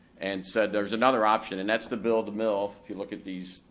and said, there's another option, and that's to build a mill, if you look at these,